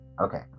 Okay